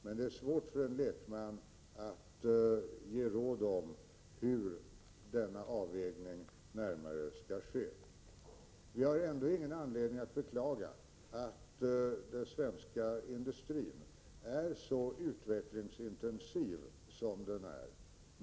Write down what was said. Men det är svårt för en lekman att ge närmare råd om hur dessa avvägningar skall ske. Vi har ingen anledning att beklaga att den svenska industrin är så utvecklingsintensiv som den är.